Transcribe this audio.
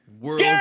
World